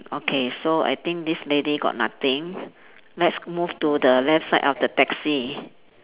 okay so I think this lady got nothing let's move to the left side of the taxi